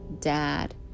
dad